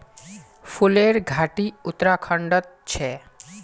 फूलेर घाटी उत्तराखंडत छे